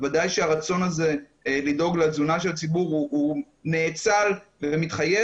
בוודאי שהרצון הזה לדאוג לתזונה של הציבור הוא נאצל ומתחייב,